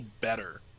better